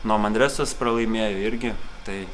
nuo manresos pralaimėjo irgi tai